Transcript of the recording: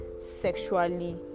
sexually